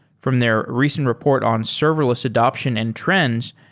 from their recent report on serverless adaption and trends,